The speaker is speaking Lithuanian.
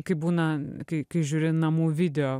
kaip būna kai kai žiūri namų video